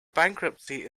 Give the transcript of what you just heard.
bankruptcy